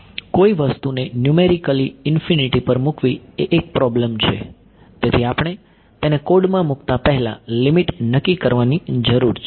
કોઈ વસ્તુને numerically infinity પર મૂકવી એ એક પ્રોબ્લેમ છે તેથી આપણે તેને કોડમાં મૂકતા પહેલા લીમીટ નક્કી કરવાની જરૂર છે